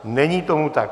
Není tomu tak.